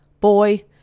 Boy